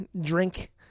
drink